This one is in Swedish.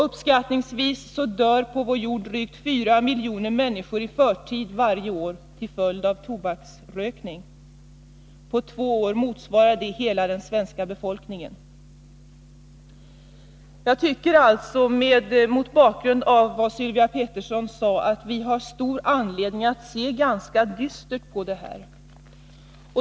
Uppskattningsvis dör på vår jord drygt 4 miljoner människor i förtid varje år till följd av tobaksrökning. På två år motsvarar det hela den svenska befolkningen. Jag tycker alltså, mot bakgrund av det Sylvia Pettersson sade, att vi har stor anledning att se ganska dystert på detta.